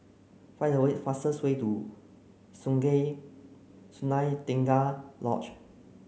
find the way fastest way to Sungei Sunai Tengah Lodge